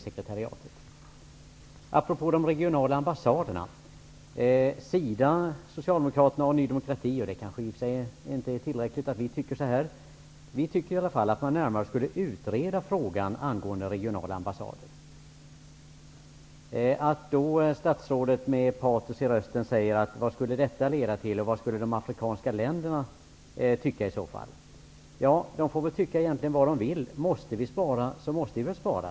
Apropå vad som sagts om de regionala ambassaderna vill jag säga att SIDA, Socialdemokraterna och Ny demokrati -- men det är kanske inte tillräckligt att vi tycker så här -- anser att man närmare skulle utreda frågan om regionala ambassader. Att statsrådet med patos frågar vad detta skulle leda till och talar om vad man i de afrikanska länderna skulle tycka, föranleder mig att säga att man egentligen får tycka vad man vill. Måste vi spara, så måste vi väl spara.